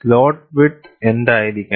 slot width എന്തായിരിക്കണം